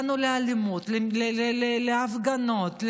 הגענו לאלימות, להפגנות,